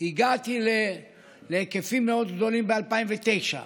הגעתי להיקפים מאוד גדולים ב-2019,